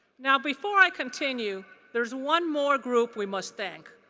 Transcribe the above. now before i continue there is one more group we must thank.